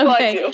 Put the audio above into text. Okay